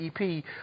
ep